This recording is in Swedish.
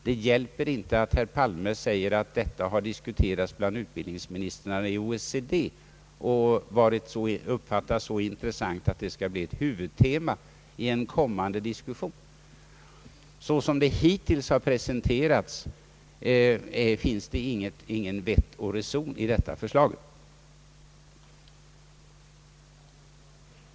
Det hjälper inte att herr Palme säger att detta har diskuterats bland utbildningsministrarna i OECD och ansetts vara så intressant att det skall bli ett huvudtema i en kommande diskussion. Såsom förslaget hittills presenterats finns det ingen vett och reson däri.